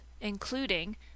including